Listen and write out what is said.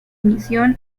misión